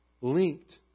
linked